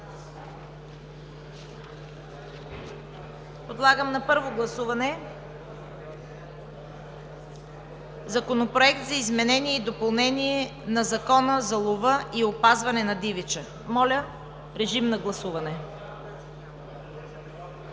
Подлагам на първо гласуване Законопроект за изменение и допълнение на Закона за лова и опазване на дивеча. Гласували